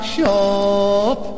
Shop